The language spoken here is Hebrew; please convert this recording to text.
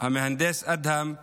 המהנדס אדהם חמוד.